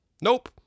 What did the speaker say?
Nope